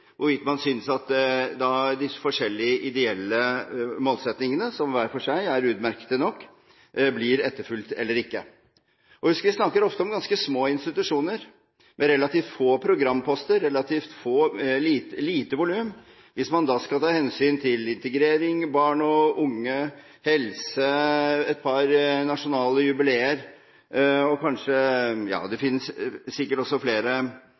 hvorvidt man synes at de forskjellige ideelle målsettingene, som hver for seg er utmerkede nok, blir etterfulgt eller ikke. Husk at vi ofte snakker om ganske små institusjoner, med relativt få programposter og relativt lite volum. Hvis man da skal ta hensyn til integrering, barn og unge, helse, et par nasjonale jubileer, og det finnes sikkert også flere